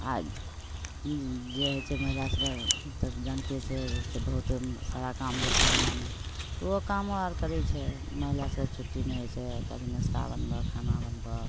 आओर जे होइ छै महिला सभके सब तऽ जानिते छै छै से बहुत सारा काम रहै छै अँगनामे ओहो कामो आओर करै छै महिला सभकेँ छुट्टी नहि होइ छै कभी नाश्ता बनबऽ खाना बनबऽ